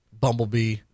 Bumblebee